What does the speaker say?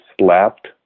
slept